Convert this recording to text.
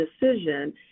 decision